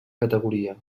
categoria